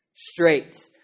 straight